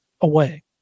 away